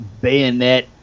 bayonet